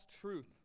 truth